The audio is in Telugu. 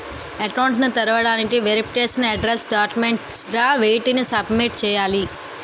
అకౌంట్ ను తెరవటానికి వెరిఫికేషన్ అడ్రెస్స్ డాక్యుమెంట్స్ గా వేటిని సబ్మిట్ చేయాలి?